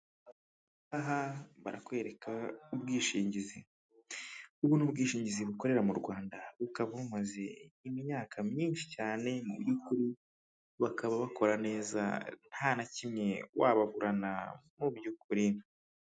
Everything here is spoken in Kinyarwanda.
Aha barakwereka ubwishingizi. Ubu ni ubwishingizi bukorera mu Rwanda bukaba bumaze imyaka myinshi cyane. Mu by'ukuri bakaba bakora neza nta na kimwe wababurana mu by'ukuri.